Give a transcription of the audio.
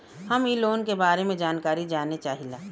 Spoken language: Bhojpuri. हम इ लोन के बारे मे जानकारी जाने चाहीला?